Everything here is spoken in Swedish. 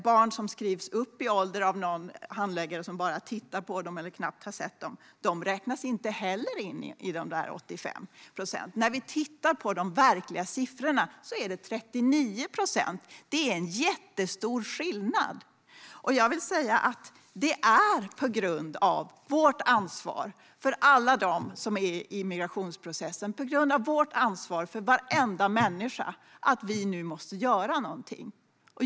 Barn som skrivs upp i ålder av någon handläggare som bara tittar på dem eller knappt har sett dem räknas inte heller in i de där 85 procenten. När vi tittar på de verkliga siffrorna är det 39 procent. Det är en jättestor skillnad. Det är på grund av vårt ansvar för alla dem som är i migrationsprocessen, på grund av vårt ansvar för varenda människa, som vi nu måste göra någonting.